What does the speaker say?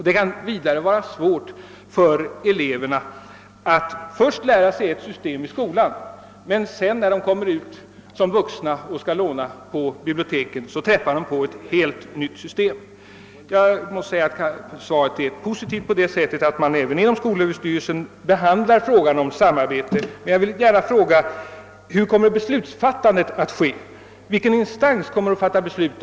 Det kan vidare vara svårt för eleverna att först lära sig ett system i skolan och sedan, när de som vuxna skall låna på andra bibliotek, träffa på ett helt nytt system. Svaret är positivt i det avseendet att det visar, att man även inom skolöverstyrelsen behandlar frågan om samarbetet mellan folkbibliotek och skola. Jag vill emellertid fråga hur beslutsfattandet kommer att ske. Vilken instans kommer att fatta beslut?